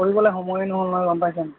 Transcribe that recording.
কৰিবলৈ সময়েই নহ'ল নহয় গম পাইছে নাই